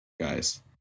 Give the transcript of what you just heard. guys